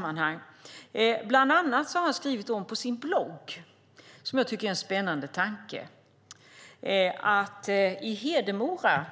Han har bland annat skrivit om en spännande tanke på sin blogg. I Hedemora